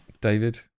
David